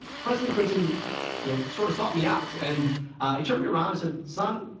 president clinton you know sort of sought me out. and he turned me around and said, son,